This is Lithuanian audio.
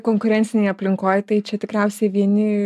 konkurencinėj aplinkoj tai čia tikriausiai vieni